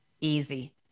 easy